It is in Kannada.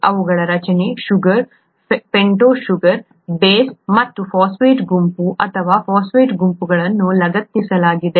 ಅವುಗಳು ರಚನೆ ಶುಗರ್ ಪೆಂಟೋಸ್ ಶುಗರ್ ಬೇಸ್ ಮತ್ತು ಫಾಸ್ಫೇಟ್ ಗುಂಪು ಅಥವಾ ಫಾಸ್ಫೇಟ್ ಗುಂಪುಗಳನ್ನು ಲಗತ್ತಿಸಲಾಗಿದೆ